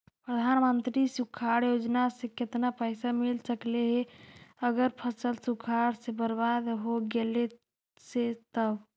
प्रधानमंत्री सुखाड़ योजना से केतना पैसा मिल सकले हे अगर फसल सुखाड़ से बर्बाद हो गेले से तब?